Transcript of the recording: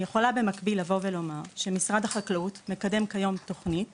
אני יכולה במקביל לבוא ולומר שמשרד החקלאות מקדם היום תוכנית